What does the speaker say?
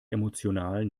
emotional